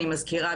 אני מזכירה,